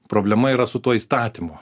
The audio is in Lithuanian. problema yra su tuo įstatymu